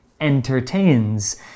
entertains